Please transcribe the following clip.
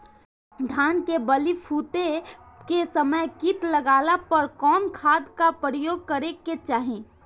धान के बाली फूटे के समय कीट लागला पर कउन खाद क प्रयोग करे के चाही?